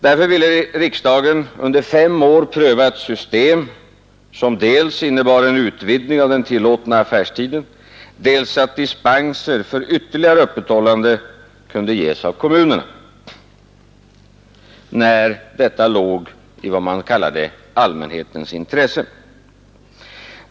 Därför ville riksdagen under fem år pröva ett system, som dels innebar en utvidgning av den tillåtna affärstiden, dels att dispenser för ytterligare öppethållande kunde ges av kommunen, när det låg i vad man kallade allmänhetens intresse.